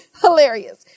hilarious